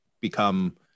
become